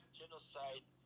genocide